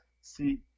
see